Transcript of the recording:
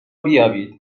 بیابید